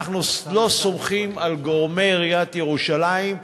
אנחנו לא סומכים על גורמי עיריית ירושלים.